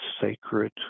sacred